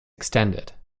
extended